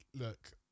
look